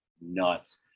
nuts